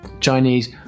Chinese